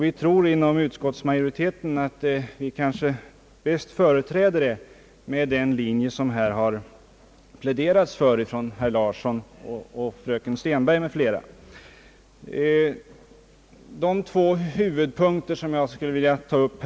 Vi tror inom utskottsmajoriteten, att man bäst företräder detta intresse genom att följa den linje som det här har pläderats för av herr Lars Larsson och fröken Stenberg m.fl. Det är två huvudpunkter som jag skulle vilja ta upp.